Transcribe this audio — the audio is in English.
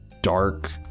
dark